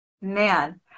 man